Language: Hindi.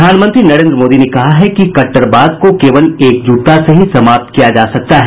प्रधानमंत्री नरेन्द्र मोदी ने कहा है कि कहरवाद को केवल एकजुटता से ही समाप्त किया जा सकता है